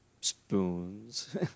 spoons